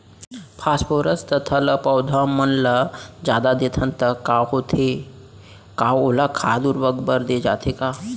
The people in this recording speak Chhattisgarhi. फास्फोरस तथा ल पौधा मन ल जादा देथन त का होथे हे, का ओला खाद उर्वरक बर दे जाथे का?